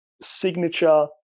signature